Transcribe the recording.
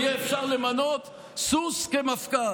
"יהיה אפשר למנות סוס כמפכ"ל".